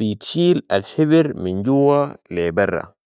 بتشيل الحبر من جوه لي بره